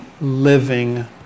living